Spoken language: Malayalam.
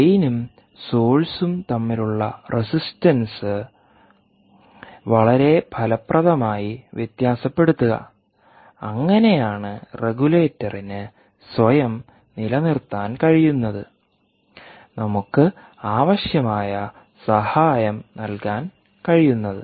ഡ്രെയിനും സോഴ്സും തമ്മിലുള്ള റെസിസ്റ്റൻസ് വളരെ ഫലപ്രദമായി വ്യത്യാസപ്പെടുത്തുക അങ്ങനെയാണ് റെഗുലേറ്ററിന് സ്വയം നിലനിർത്താൻ കഴിയുന്നത് നമുക്ക് ആവശ്യമായ സഹായം ശരിയായി നൽകാൻ കഴിയുന്നത്